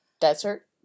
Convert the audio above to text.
Desert